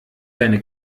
seine